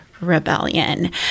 rebellion